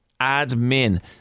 admin